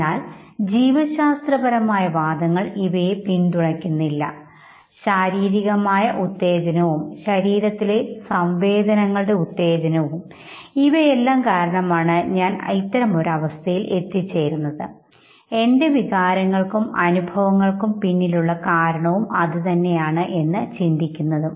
എന്നാൽ ജീവശാസ്ത്രപരമായ വാദങ്ങൾ ഇവയെ പിന്തുണയ്ക്കുന്നില്ല ശാരീരികമായ ഉത്തേജനവും ശരീരത്തിലെ സംവേദനങ്ങളുടെ ഉത്തേജനവും ഇവയെല്ലാം കാരണമാണ് ഞാൻ ഇത്തരമൊരു അവസ്ഥയിൽ എത്തിച്ചേരുന്നത് എൻറെ വികാരങ്ങൾക്കും അനുഭവങ്ങൾക്കും പിന്നിലുള്ള കാരണവും അത് തന്നെയാണ് എന്ന് ചിന്തിക്കുന്നതും